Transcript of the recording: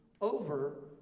over